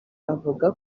avuga